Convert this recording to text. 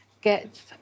get